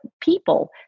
people